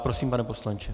Prosím, pane poslanče.